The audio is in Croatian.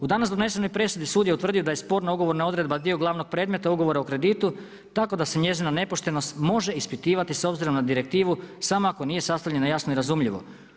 U danas donesenoj presudi sud je utvrdio da je sporna ugovorna odredba dio glavnog predmeta ugovora o kreditu tako da se njezina nepoštenost može ispitivati s obzirom na direktivu samo ako nije sastavljena jasno i razumljivo“